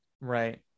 Right